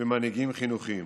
ומנהיגים חינוכיים.